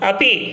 Api